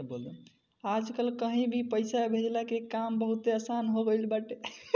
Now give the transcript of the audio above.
आजकल कहीं भी पईसा भेजला के काम बहुते आसन हो गईल बाटे